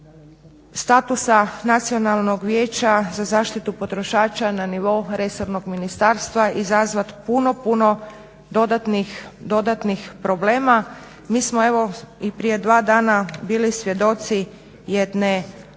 statusa Nacionalnog vijeća za zaštitu potrošača na nivou resornog ministarstva izazvati puno, puno dodatnih problema. Mi smo evo i prije dva dana bili svjedoci jedne